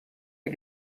que